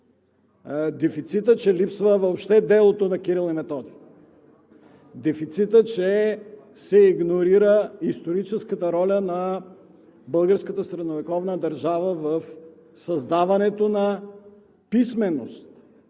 дефицитът е, че липсва въобще делото на Кирил и Методий, дефицитът е, че се игнорира историческата роля на българската средновековна държава в създаването на писменост,